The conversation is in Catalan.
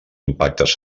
impactes